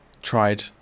tried